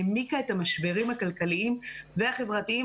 העמיקה את המשברים הכלכליים והחברתיים,